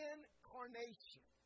Incarnation